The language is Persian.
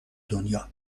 دنیا